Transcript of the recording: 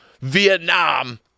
Vietnam